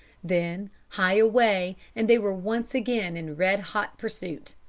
then, hie away, and they were once again in red-hot pursuit.